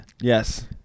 yes